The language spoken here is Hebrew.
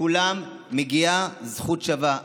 לכולם מגיעה זכות שווה.